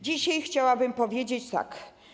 Dzisiaj chciałabym powiedzieć tak.